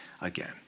again